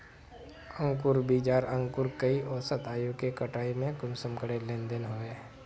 अंकूर बीज आर अंकूर कई औसत आयु के कटाई में कुंसम करे लेन देन होए?